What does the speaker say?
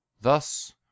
Thus